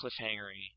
cliffhangery